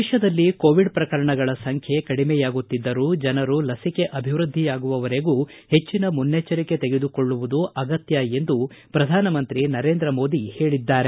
ದೇಶದಲ್ಲಿ ಕೋವಿಡ್ ಶ್ರಕರಣಗಳ ಸಂಖ್ಯೆ ಕಡಿಮೆಯಾಗುತ್ತಿದ್ದರೂ ಜನರು ಲಸಿಕೆ ಅಭಿವೃದ್ಧಿಯಾಗುವವರೆಗೂ ಹೆಟ್ಟನ ಮನ್ನೆಚ್ಟಿರಿಕೆ ತೆಗೆದುಕೊಳ್ಳುವುದು ಅಗತ್ಯ ಎಂದು ಪ್ರಧಾನ ಮಂತ್ರಿ ನರೇಂದ್ರ ಮೋದಿ ಹೇಳಿದ್ದಾರೆ